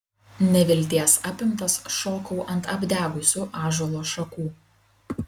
nevilties apimtas šokau ant apdegusių ąžuolo šakų